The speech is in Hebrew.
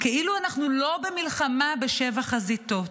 כאילו אנחנו לא במלחמה בשבע חזיתות.